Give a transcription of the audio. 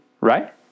right